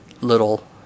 little